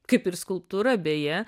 kaip ir skulptūra beje